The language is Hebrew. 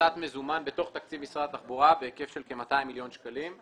הסטת מזומן בתוך תקציב משרד התחבורה בהיקף של כ-200 מיליון שקלים.